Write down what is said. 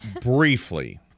briefly